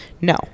No